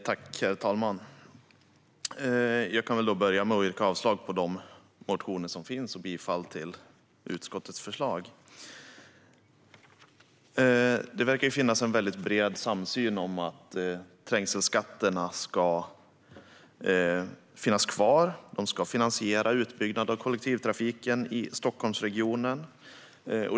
Herr talman! Jag kan börja med att yrka avslag på de reservationer som finns och bifall till utskottets förslag. Det verkar finnas en väldigt bred samsyn om att trängselskatterna ska finnas kvar och att de ska finansiera utbyggnad av kollektivtrafiken i Stockholmsregionen.